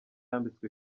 yambitswe